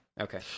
Okay